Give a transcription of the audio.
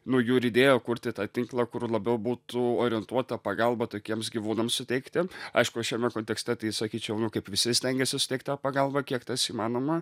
nu jų ir idėja kurti tą tinklą kur labiau būtų orientuota pagalba tokiems gyvūnams suteikti aišku šiame kontekste tai sakyčiau nu kaip visi stengiasi suteikt tą pagalbą kiek tas įmanoma